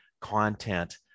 content